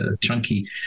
chunky